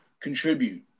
contribute